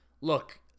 look